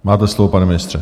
Máte slovo, pane ministře.